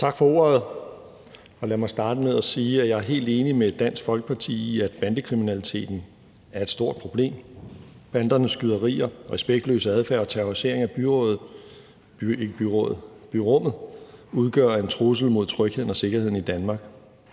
Tak for ordet. Lad mig starte med at sige, at jeg er helt enig med Dansk Folkeparti i, at bandekriminaliteten er et stort problem. Bandernes skyderier, respektløse adfærd og terrorisering af byrummet udgør en trussel mod trygheden og sikkerheden i Danmark